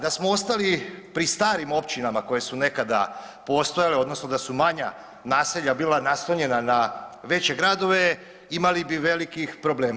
Da smo ostali pri starim općinama koje su nekada postojale odnosno da su manja naselja bila naslonjena na veće gradove imali bi velikih problema.